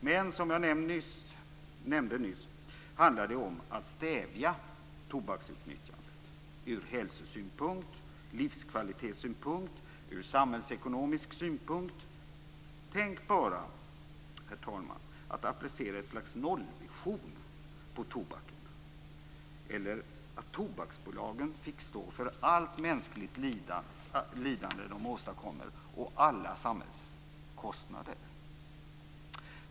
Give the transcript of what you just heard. Men som jag nämnde nyss handlar det om att stävja tobaksutnyttjandet ur hälsosynpunkt, ur livskvalitetssynpunkt och ur samhällsekonomisk synpunkt. Tänk bara, herr talman, att applicera ett slags nollvision på tobaken eller att tobaksbolagen fick betala för allt mänskligt lidande de åstadkommer och alla samhällskostnaderna.